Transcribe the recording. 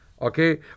okay